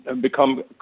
become